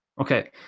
Okay